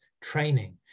training